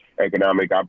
economic